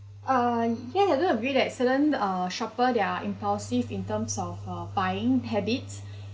uh ya I do agree that certain uh shopper they're impulsive in terms of uh buying habits